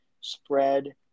spread